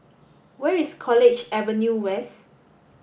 where is College Avenue West